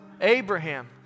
Abraham